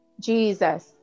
Jesus